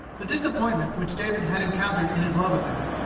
the disappointment which david had encountered in his love affair,